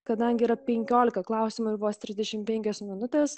kadangi yra penkiolika klausimų ir vos trisdešimt minutes